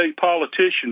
politicians